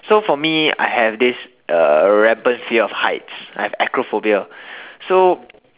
so for me I have this repines of heights I have acrophobia so